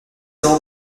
ans